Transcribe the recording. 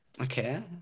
Okay